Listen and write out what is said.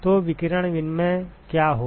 तो विकिरण विनिमय क्या होगा